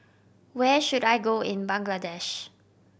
where should I go in Bangladesh